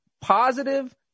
positive